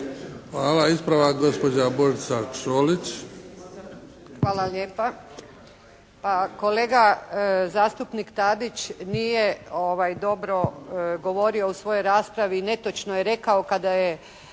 Šolić. **Šolić, Božica (HDZ)** Hvala lijepa. Pa, kolega zastupnik Tadić nije dobro govorio u svojoj raspravi i netočno je rekao kada je